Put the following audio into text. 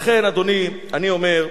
לכן, אדוני, אני אומר,